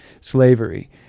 slavery